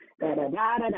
da-da-da-da-da